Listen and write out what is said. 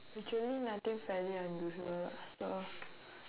actually nothing fairly unusual lah so